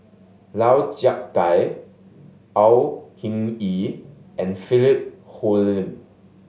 Lau Chiap Khai Au Hing Yee and Philip Hoalim